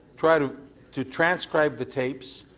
try to to transcribe the tapes,